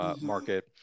market